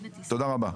תודה רבה.